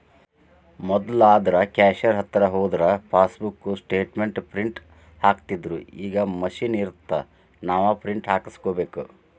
ಮೊದ್ಲಾದ್ರ cashier ಹತ್ರ ಹೋದ್ರ passbook statement print ಹಾಕ್ತಿತ್ದ್ರುಈಗ ಮಷೇನ್ ಇರತ್ತ ನಾವ ಪ್ರಿಂಟ್ ಹಾಕಸ್ಕೋಬೇಕ